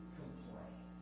complain